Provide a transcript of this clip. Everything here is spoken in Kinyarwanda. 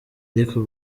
ariko